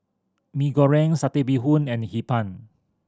Mee Goreng Satay Bee Hoon and Hee Pan